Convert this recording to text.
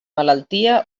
malaltia